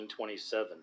1927